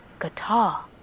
guitar